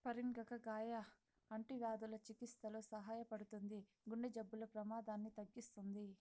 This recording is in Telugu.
పరింగర కాయ అంటువ్యాధుల చికిత్సలో సహాయపడుతుంది, గుండె జబ్బుల ప్రమాదాన్ని తగ్గిస్తుంది